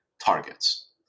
targets